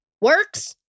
works